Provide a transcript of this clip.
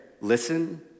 Listen